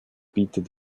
bietet